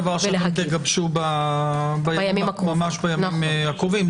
זה דבר שנגבש בימים הקרובים.